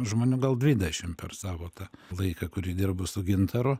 žmonių gal dvidešim per savo tą laiką kurį dirbu su gintaru